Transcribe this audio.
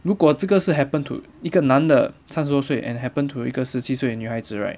如果这个是 happen to 一个男的三十多岁 and happen to 一个十七岁女孩子 right